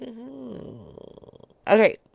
okay